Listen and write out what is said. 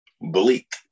bleak